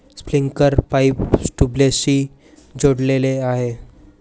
sprinkler pipe ट्यूबवेल्सशी जोडलेले आहे